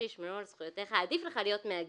שישמרו על זכויותיך עדיף לך להיות מהגר,